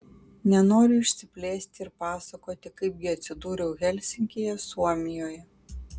nenoriu išsiplėsti ir pasakoti kaip gi atsidūriau helsinkyje suomijoje